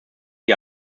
die